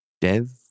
Dev